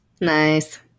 nice